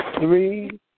three